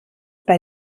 bei